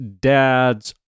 dads